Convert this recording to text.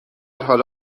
حال